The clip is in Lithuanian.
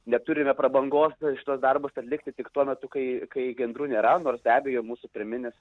neturime prabangos šituos darbus atlikti tik tuo metu kai kai gandrų nėra nors be abejo mūsų pirminis